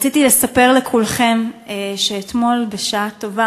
רציתי לספר לכולכם שאתמול בשעה טובה